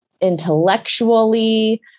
intellectually